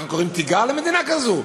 אנחנו קוראים תיגר על מדינה כזאת?